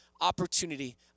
opportunity